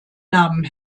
namen